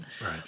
Right